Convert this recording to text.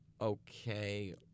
okay